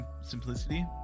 simplicity